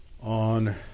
on